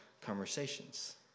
conversations